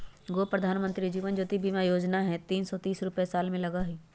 गो प्रधानमंत्री जीवन ज्योति बीमा योजना है तीन सौ तीस रुपए साल में लगहई?